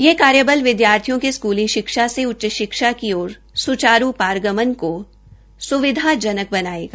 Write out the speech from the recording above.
यह कार्यबल विद्यार्थियों के स्कूली शिक्षा से उचच शिक्षा की ओर सुचारू पारगमन को स्विधाजनक बनायेगा